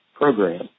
program